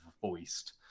voiced